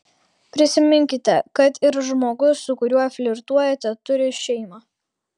prisiminkite kad ir žmogus su kuriuo flirtuojate turi šeimą